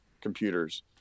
computers